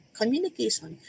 communication